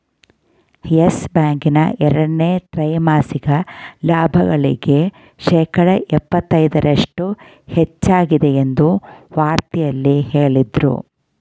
Yes Bank ನ ಎರಡನೇ ತ್ರೈಮಾಸಿಕ ಲಾಭಗಳಿಗೆ ಶೇಕಡ ಎಪ್ಪತೈದರಷ್ಟು ಹೆಚ್ಚಾಗಿದೆ ಎಂದು ವಾರ್ತೆಯಲ್ಲಿ ಹೇಳದ್ರು